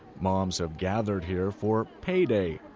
moms have gathered here for payday.